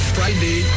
Friday